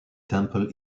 temple